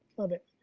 love it.